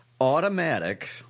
Automatic